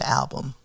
album